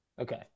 okay